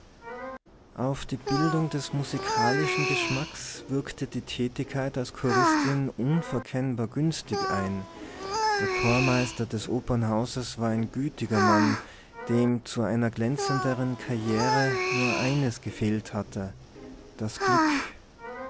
auf die bildung des musikalischen geschmacks wirkte die tätigkeit als choristin unverkennbar günstig ein der chormeister des opernhauses war ein gütiger mann dem zu einer glänzenderen karriere nur eines gefehlt hatte das glück